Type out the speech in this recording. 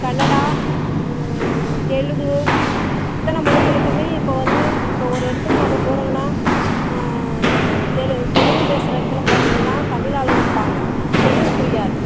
Canada Telugu இத்தனை மொழிகளுக்குமே இப்போ வந்து இப்போ ஒரு இடத்துக்கு நம்ம போகறதுன்னா தெலு தெலுங்கு பேசுகிற இடத்துல போனவங்கள்லாம் தமிழ் ஆளுங்க இருப்பாங்க தெலுங்கு புரியாது